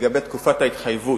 לגבי תקופת ההתחייבות,